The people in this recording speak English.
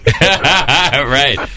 Right